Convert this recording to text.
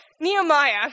Nehemiah